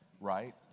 right